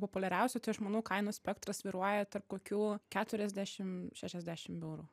populiariausių tai aš manau kainų spektras svyruoja tarp kokių keturiasdešim šešiasdešim eurų